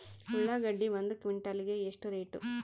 ಉಳ್ಳಾಗಡ್ಡಿ ಒಂದು ಕ್ವಿಂಟಾಲ್ ಗೆ ಎಷ್ಟು ರೇಟು?